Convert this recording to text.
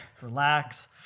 relax